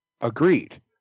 Agreed